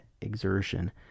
exertion